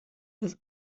das